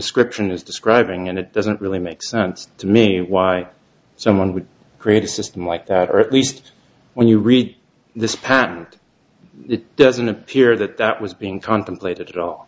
is describing and it doesn't really make sense to me why someone would create a system like that or at least when you read this patent it doesn't appear that that was being contemplated at all